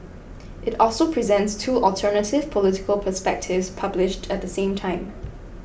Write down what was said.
it also presents two alternative political perspectives published at the time